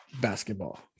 basketball